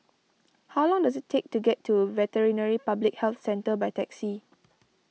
how long does it take to get to Veterinary Public Health Centre by taxi